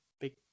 big